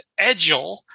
Edgel